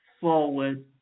forward